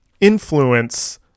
influence